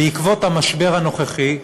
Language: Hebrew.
בעקבות המשבר הנוכחי,